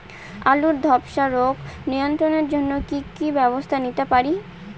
আলুর ধ্বসা রোগ নিয়ন্ত্রণের জন্য কি কি ব্যবস্থা নিতে পারি?